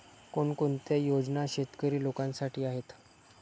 कोणकोणत्या योजना शेतकरी लोकांसाठी आहेत?